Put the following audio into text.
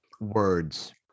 words